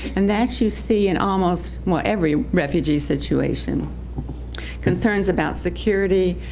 and that you see an almost, well, every refugee situation concerns about security,